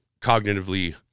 cognitively